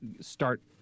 start